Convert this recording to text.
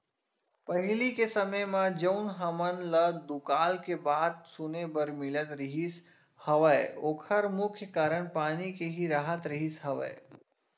पहिली के समे म जउन हमन ल दुकाल के बात सुने बर मिलत रिहिस हवय ओखर मुख्य कारन पानी के ही राहत रिहिस हवय